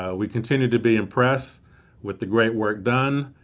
ah we continue to be impressed with the great work done,